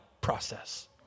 process